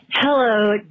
Hello